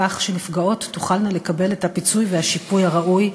כך שנפגעות תוכלנה לקבל את הפיצוי והשיפוי הראוי,